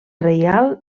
reial